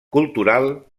cultural